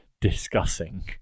discussing